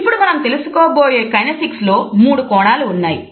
ఇప్పుడు మనం తెలుసుకోబోయే కైనేసిక్స్ లో 3 కోణాలు ఉన్నాయి